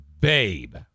babe